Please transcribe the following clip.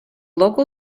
local